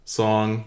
song